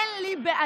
אין לי בעיה,